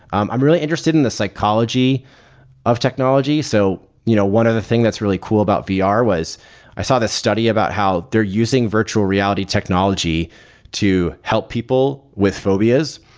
i'm i'm really interested in the psychology of technology. so you know one of the thing that's really cool about ah vr was i saw this study about how they're using virtual reality technology to help people with phobias.